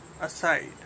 aside